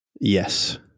Yes